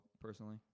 personally